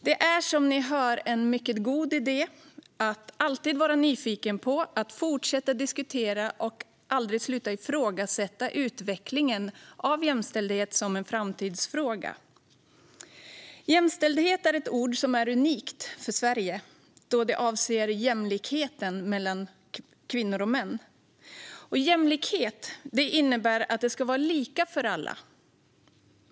Det är alltså en mycket god idé att alltid vara nyfiken på, att fortsätta diskutera och att aldrig sluta ifrågasätta utvecklingen av jämställdhet som en framtidsfråga. Jämställdhet är ett ord som är unikt för Sverige då det avser jämlikheten mellan kvinnor och män. Jämlikhet innebär att det ska vara lika för alla.